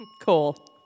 Cool